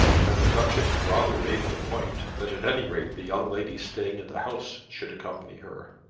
and the duchess rather made it a point that at any rate the young ladies staying in the house should accompany her.